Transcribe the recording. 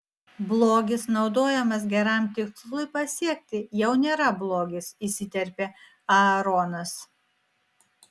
blogis naudojamas geram tikslui pasiekti jau nėra blogis įsiterpė aaronas